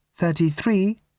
thirty-three